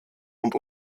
und